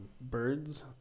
birds